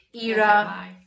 era